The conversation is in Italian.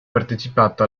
partecipato